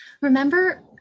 Remember